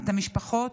את המשפחות,